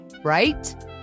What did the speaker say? right